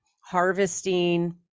harvesting